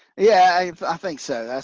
yeah, i think so.